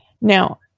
Now